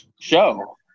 show